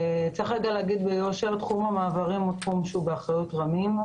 צריך לומר ביושר שתחום המעברים הוא תחום שהוא באחריות רמי"ם